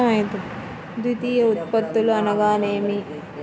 ద్వితీయ ఉత్పత్తులు అనగా నేమి?